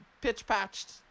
pitch-patched